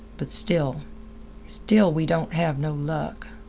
but still still, we don't have no luck.